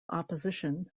opposition